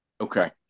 Okay